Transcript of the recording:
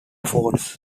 phones